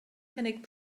cynnig